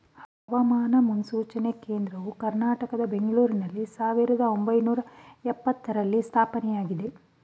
ಹವಾಮಾನ ಮುನ್ಸೂಚನೆ ಕೇಂದ್ರವು ಕರ್ನಾಟಕದ ಬೆಂಗಳೂರಿನಲ್ಲಿ ಸಾವಿರದ ಒಂಬೈನೂರ ಎಪತ್ತರರಲ್ಲಿ ಸ್ಥಾಪನೆಯಾಗಿದೆ